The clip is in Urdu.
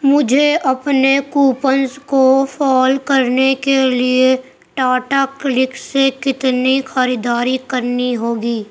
مجھے اپنے کوپنز کو فعال کرنے کے لیے ٹاٹا کلک سے کتنی خریداری کرنی ہوگی